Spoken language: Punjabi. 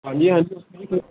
ਹਾਂਜੀ ਹਾਂਜੀ